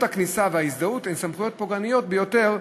הכניסה וההזדהות הן סמכויות פוגעניות ביותר,